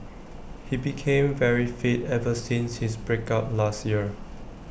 he became very fit ever since his break up last year